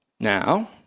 Now